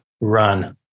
Run